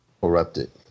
Corrupted